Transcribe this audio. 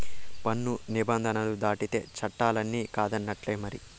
పన్ను నిబంధనలు దాటితే చట్టాలన్ని కాదన్నట్టే మరి